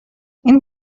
این